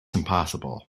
impossible